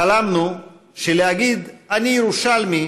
חלמנו שלהגיד "אני ירושלמי"